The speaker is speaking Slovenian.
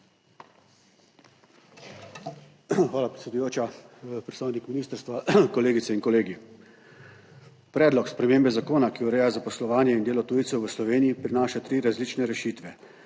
Hvala predsedujoča. Predstavnik ministrstva, kolegice in kolegi! Predlog spremembe zakona, ki ureja zaposlovanje in delo tujcev v Sloveniji prinaša 3 različne rešitve,